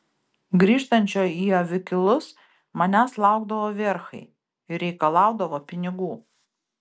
grįžtančio į avikilus manęs laukdavo verchai ir reikalaudavo pinigų